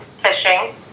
fishing